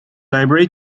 library